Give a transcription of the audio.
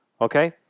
okay